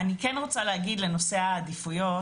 אני כן רוצה להגיד לנושא העדיפויות,